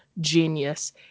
genius